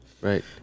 Right